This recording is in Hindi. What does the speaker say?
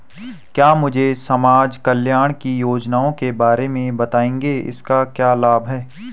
क्या मुझे समाज कल्याण की योजनाओं के बारे में बताएँगे इसके क्या लाभ हैं?